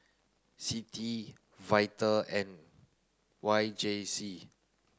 CITI VITAL and Y J C